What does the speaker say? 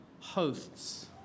hosts